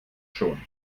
schon